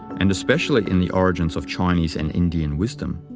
and especially in the origins of chinese and indian wisdom.